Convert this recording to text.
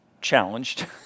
challenged